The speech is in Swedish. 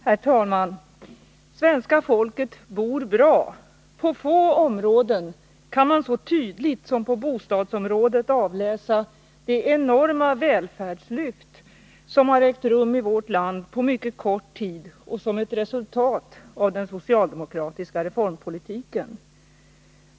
Herr talman! Svenska folket bor bra! På få områden kan man så tydligt som på bostadsområdet avläsa det enorma välfärdslyft som ägt rum i vårt land på mycket kort tid som ett resultat av den socialdemokratiska reformpolitiken.